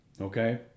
Okay